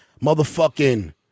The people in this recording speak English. Motherfucking